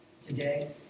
today